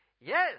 Yes